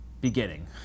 beginning